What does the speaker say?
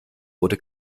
wurde